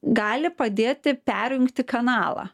gali padėti perjungti kanalą